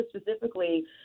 specifically